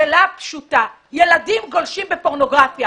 פורנוגרפיה.